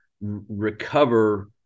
recover